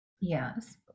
Yes